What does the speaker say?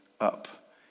Up